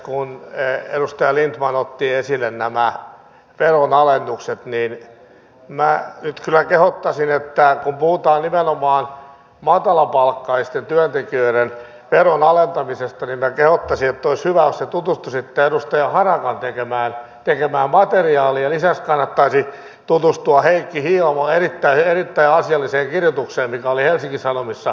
kun edustaja lindtman otti esille nämä veronalennukset niin minä nyt kyllä kehottaisin ja olisi hyvä kun puhutaan nimenomaan matalapalkkaisten työntekijöiden veron alentamisesta jos te tutustuisitte edustaja harakan tekemään materiaaliin ja lisäksi kannattaisi tutustua heikki hiilamon erittäin asialliseen kirjoitukseen mikä oli helsingin sanomissa